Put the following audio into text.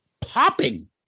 popping